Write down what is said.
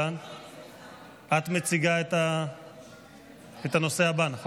את מציגה את הנושא הבא, נכון?